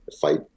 fight